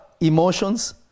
emotions